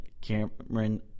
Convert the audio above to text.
Cameron